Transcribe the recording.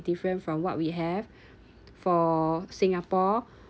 different from what we have for singapore